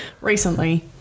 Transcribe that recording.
Recently